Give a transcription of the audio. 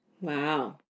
wow